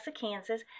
Kansas